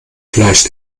fleisch